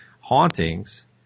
hauntings